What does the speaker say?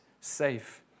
safe